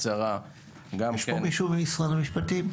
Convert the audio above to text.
יש פה מישהו ממשרד המשפטים?